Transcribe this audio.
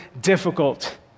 difficult